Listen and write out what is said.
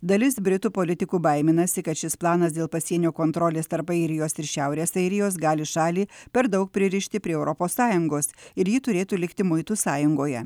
dalis britų politikų baiminasi kad šis planas dėl pasienio kontrolės tarp airijos ir šiaurės airijos gali šalį per daug pririšti prie europos sąjungos ir ji turėtų likti muitų sąjungoje